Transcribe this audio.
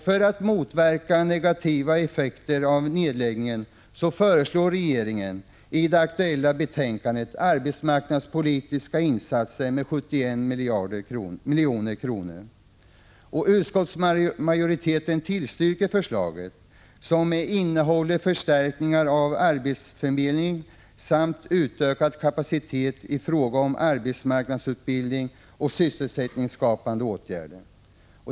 För att motverka negativa effekter av nedläggningen föreslår regeringen i den aktuella propositionen arbetsmarknadspolitiska insatser med 71 milj.kr. Utskottsmajoriteten tillstyrker förslaget, som innehåller förstärkningar av arbetsförmedling samt ökad kapacitet i fråga om arbetsmarknadsutbildning och sysselsättningsskapande åtgärder.